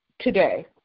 today